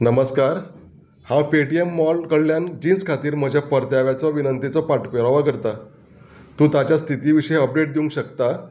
नमस्कार हांव Paytm mall कडल्यान जिन्स खातीर म्हज्या परत्याव्याचो विनंतीचो पाटपेराव करता तूं ताच्या स्थिती विशीं अपडेट दिवंक शकता